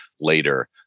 later